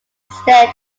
instead